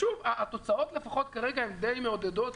התוצאות, לפחות כרגע, הן די מעודדות.